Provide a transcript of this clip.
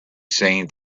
seen